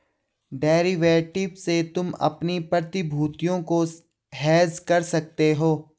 derivative से तुम अपनी प्रतिभूतियों को हेज कर सकते हो